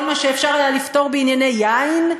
כל מה שאפשר היה לפתור בענייני יין,